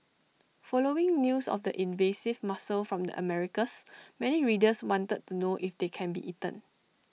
following news of the invasive mussel from the Americas many readers wanted to know if they can be eaten